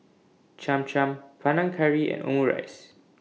Cham Cham Panang Curry and Omurice